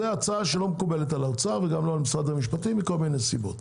זו הצעה שלא מקובלת עת האוצר וגם לא על משרד המשפטים מכל מיני סיבות.